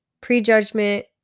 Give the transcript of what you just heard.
prejudgment